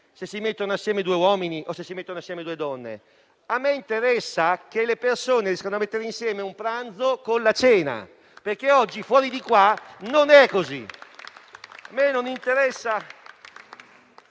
se si mettono insieme due uomini o se si mettono insieme due donne, a me interessa che le persone riescano a mettere insieme un pranzo con la cena, perché oggi fuori di qui non è così.